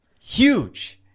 huge